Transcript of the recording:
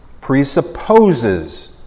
presupposes